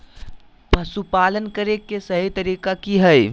पशुपालन करें के सही तरीका की हय?